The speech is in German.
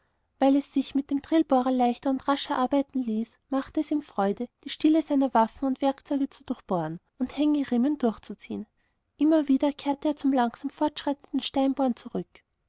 weil es sich mit dem drillbohrer leichter und rascher arbeiten ließ machte es ihm freude die stiele seiner waffen und werkzeuge zu durchlochen und hängeriemen durchzuziehen immer wieder kehrte er zum langsam fortschreitenden steinbohren zurück